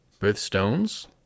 Birthstones